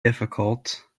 difficult